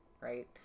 right